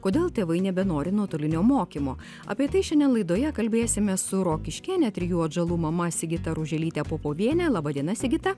kodėl tėvai nebenori nuotolinio mokymo apie tai šiandien laidoje kalbėsimės su rokiškėne trijų atžalų mama sigita ruželytė popovienė laba diena sigita